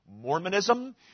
Mormonism